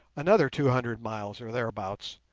another two hundred miles, or thereabouts,